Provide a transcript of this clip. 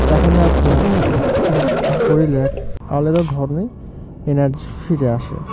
তাহলে আপনার খুব শরীরে এক আলাদা ধরনের এনার্জি ফিরে আসে